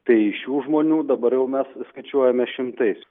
tai šių žmonių dabar jau mes skaičiuojame šimtais